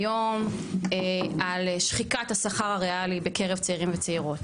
היום נדבר על שחיקת השכר הריאלי בקרב צעירים וצעירות.